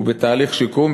הוא בתהליך שיקום.